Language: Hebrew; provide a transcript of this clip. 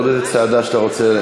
עוד איזו צעדה שאתה רוצה?